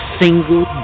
single